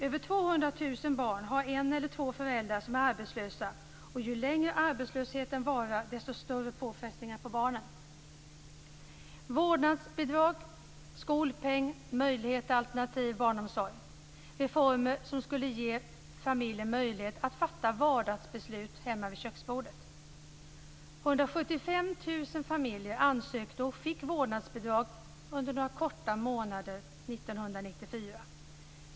Över 200 000 barn har en eller två föräldrar som är arbetslösa, och ju längre arbetslösheten varar, desto större blir påfrestningarna på barnen. Vårdnadsbidrag, skolpeng och möjlighet till alternativ barnomsorg är reformer som skulle ge familjen möjlighet att fatta vardagsbeslut hemma vid köksbordet. 175 000 familjer ansökte om och fick vårdnadsbidrag under några korta månader 1994.